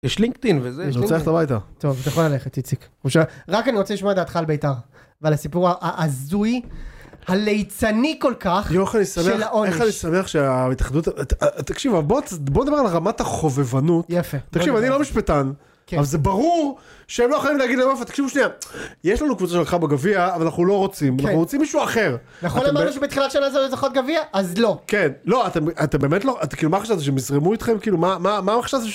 יש לינקאדין וזה, אני רוצה ללכת הביתה. טוב, אתה יכול ללכת, איציק. - אפשר? - רק אני רוצה לשמוע את דעתך על ביתר, ועל הסיפור ההזוי, הליצני כל כך, של העונש. - איך אני שמח שההתאחדות... תקשיב, בוא נדבר על רמת החובבנות. - יפה. - תקשיב, אני לא משפטן, אבל זה ברור שהם לא יכולים להגיד למופע, תקשיבו שנייה, יש לנו קבוצה שזכתה בגביע, אבל אבל אנחנו לא רוצים, אנחנו רוצים מישהו אחר. - נכון אמרנו שבתחילת שנה זה זוכות גביע? אז לא. כן, לא, אתה באמת לא... כאילו מה חשבתם כאילו שהם יזרמו איתכם? מה מה חשבתם ש…